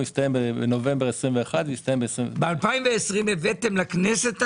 והסתיים בנובמבר 21'. ב-2020 הבאתם לכנסת הצעה?